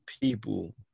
people